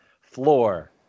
floor